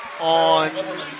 on